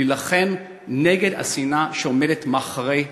להילחם נגד השנאה שעומדת מאחורי הטרור.